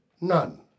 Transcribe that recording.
None